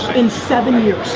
in seven years,